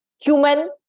human